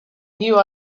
knew